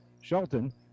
Shelton